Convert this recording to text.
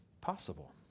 possible